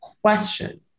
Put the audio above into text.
question